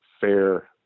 fair